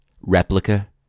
replica